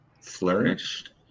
flourished